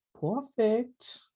perfect